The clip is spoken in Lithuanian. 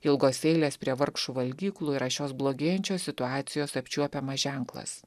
ilgos eilės prie vargšų valgyklų yra šios blogėjančios situacijos apčiuopiamas ženklas